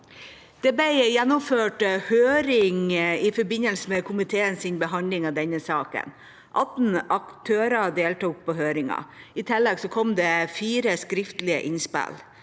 Det ble gjennomført høring i forbindelse med komiteens behandling av denne saken. Det deltok 18 aktører på høringen, og i tillegg kom det 4 skriftlige innspill.